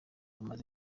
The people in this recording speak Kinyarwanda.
amaze